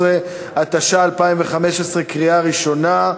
13), התשע"ה 2015, קריאה ראשונה.